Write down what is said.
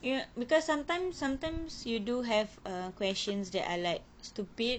y~ because sometimes sometimes you do have a questions that are like stupid